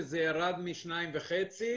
שני מיליון וזה ירד משניים וחצי.